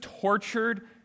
tortured